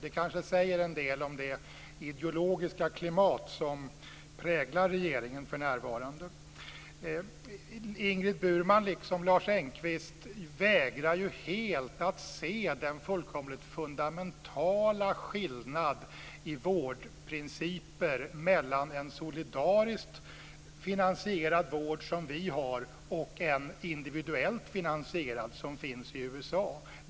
Det kanske säger en del om det ideologiska klimat som präglar regeringen för närvarande. Ingrid Burman, liksom Lars Engqvist, vägrar ju helt att se den fullkomligt fundamentala skillnaden i vårdprinciper mellan en solidariskt finansierad vård, som vi har, och en individuellt finansierad, som finns i USA.